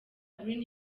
green